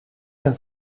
een